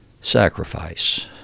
sacrifice